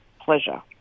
pleasure